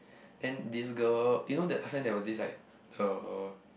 then this girl you know that last time there was this like the